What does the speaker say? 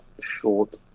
Short